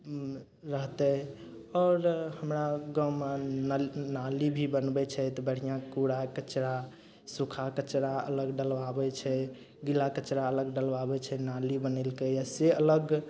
रहतय आओर हमरा गाँवमे नल नाली भी बनबय छै तऽ बढ़िआँसँ कूड़ा कचरा सूखा कचरा अलग डलबाबय छै गीला कचरा अलग डलबाबय छै नाली बनेलकैये से अलग